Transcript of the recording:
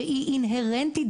שהיא אינהרנטית,